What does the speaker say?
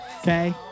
Okay